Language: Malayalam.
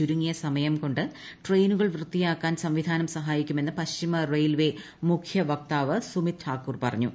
ചുരുങ്ങിയ സമയം കൊണ്ട് ട്രെയിനുകൾ വൃത്തിയാക്കാൻ സംവിധാനം സഹായിക്കൂമെന്ന് പശ്ചിമ റെയിൽവേ മുഖ്യ വക്താവ് സുമിത്പ് ്രാക്കൂർ പറഞ്ഞു